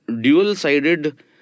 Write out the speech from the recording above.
dual-sided